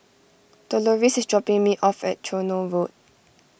Doloris is dropping me off at Tronoh Road